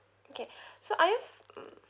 okay so are you mm